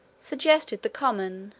suggested the common,